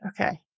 Okay